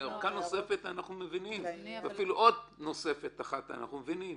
אורכה נוספת אנחנו מבינים ואפילו עוד נוספת אחת אנחנו מבינים.